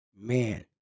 man